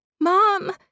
Mom